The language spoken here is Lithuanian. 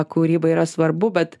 kūrybą yra svarbu bet